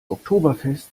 oktoberfest